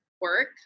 work